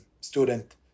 student